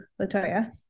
Latoya